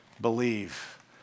believe